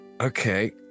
Okay